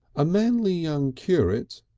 a manly young curate,